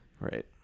Right